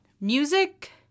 Music